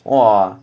!wah!